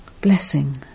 Blessing